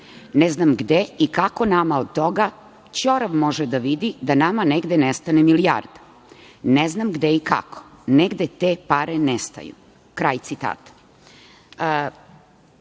Ne znam gde i kako nama od toga, ćorav može da vidi da nama negde nestane milijarda. Ne znam gde i kako? Negde te pare nestaju.“ Kraj citata.O